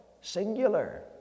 singular